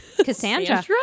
Cassandra